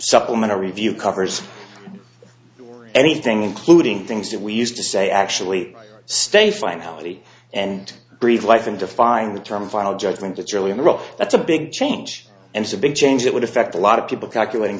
supplementary view covers anything including things that we used to say actually stay finality and breathe life in define the term final judgment it's really in the rough that's a big change and is a big change that would affect a lot of people calculating